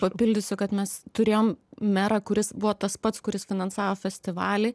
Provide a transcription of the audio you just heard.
papildysiu kad mes turėjom merą kuris buvo tas pats kuris finansavo festivalį